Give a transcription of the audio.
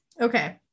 Okay